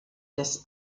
des